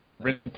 Rent